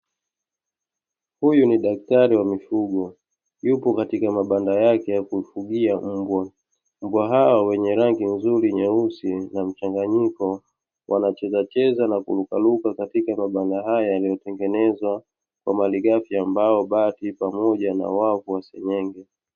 Huyu ni daktari wa nifugo, yupo katika mabanda yake ya kufugia mbwa, mbwa hawa wenye rangi nzuri nyeusi za mchanganyiko, wanachezacheza na kurukaruka katika mabanda haya yaliyotengenezwa kwa malighafi ya mbao, bati pamoja na wavu wa seng'enge.